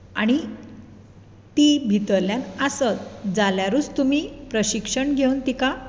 आनी ती भितरल्यान आसत जाल्यारूच तुमी प्रशिक्षण घेवन तिका